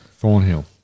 Thornhill